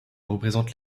représente